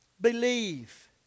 believe